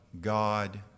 God